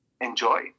enjoy